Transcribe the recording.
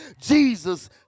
Jesus